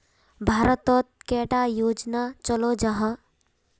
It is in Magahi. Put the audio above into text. भारत तोत कैडा योजना चलो जाहा?